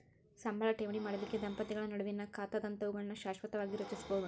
ಸಂಬಳ ಠೇವಣಿ ಮಾಡಲಿಕ್ಕೆ ದಂಪತಿಗಳ ನಡುವಿನ್ ಖಾತಾದಂತಾವುಗಳನ್ನ ಶಾಶ್ವತವಾಗಿ ರಚಿಸ್ಬೋದು